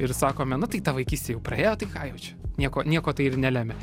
ir sakome na tai ta vaikystė jau praėjo tai ką jau čia nieko nieko tai ir nelemia